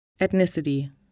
Ethnicity